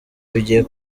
bigiye